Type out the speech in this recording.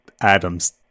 Adam's